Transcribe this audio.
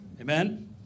Amen